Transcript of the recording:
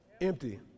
empty